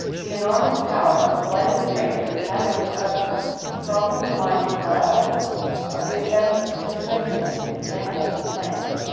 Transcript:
the enormous power of the slightest trace of catalytic substance strongly reminds the biologist of the effects of stimulation in animals and plants.